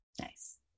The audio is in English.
Nice